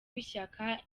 w’ishyaka